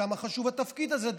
כמה חשוב התפקיד הזה,